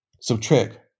subtract